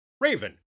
Raven